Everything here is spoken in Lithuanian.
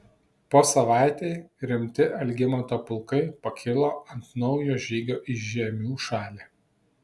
po savaitei rimti algimanto pulkai pakilo ant naujo žygio į žiemių šalį